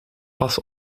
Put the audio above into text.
pas